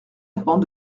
apens